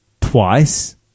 twice